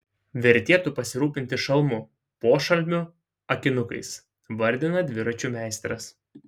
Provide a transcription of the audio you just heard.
vertėtų pasirūpinti šalmu pošalmiu akinukais vardina dviračių meistras